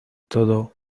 todo